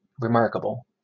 remarkable